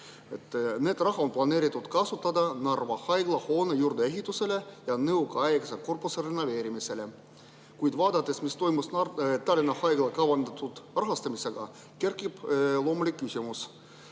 Seda raha on planeeritud kasutada Narva haiglahoone juurdeehituseks ja nõukaaegse korpuse renoveerimiseks. Kuid vaadates, mis toimus Tallinna Haigla kavandatud rahastamisega, kerkib loomulik küsimus: